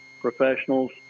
professionals